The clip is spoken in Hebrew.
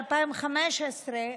ב-2015,